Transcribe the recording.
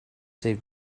save